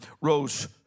rose